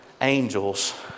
angels